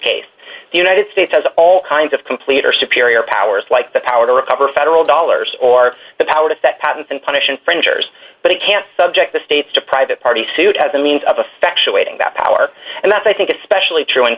case the united states has all kinds of complete or superior powers like the power to recover federal dollars or the power to step out and punish infringers but he can't subject the states to private party suit as a means of affection waiting that power and that's i think especially true in